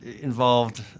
involved